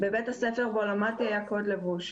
בבית הספר בו למדתי היה קוד לבוש.